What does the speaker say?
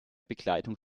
begleitung